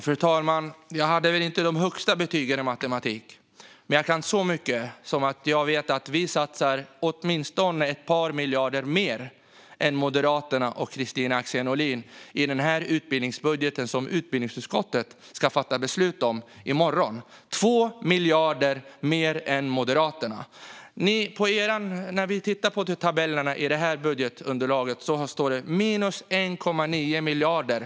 Fru talman! Jag hade väl inte de högsta betygen i matematik, men jag kan tillräckligt för att veta att vi satsar åtminstone ett par miljarder mer än Moderaterna och Kristina Axén Olin i den utbildningsbudget som utbildningsutskottet ska fatta beslut om i morgon: 2 miljarder mer än Moderaterna. I tabellerna i det här budgetunderlaget står det minus 1,9 miljarder.